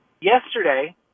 yesterday